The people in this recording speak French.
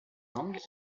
langue